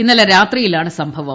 ഇന്നലെ രാത്രിയിലാണ് സംഭവം